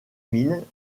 mines